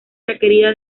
requerida